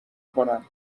کنم